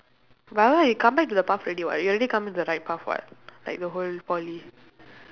but right you come back to the path already [what] you already come in to the right path [what] like the whole poly